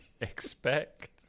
expect